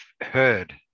heard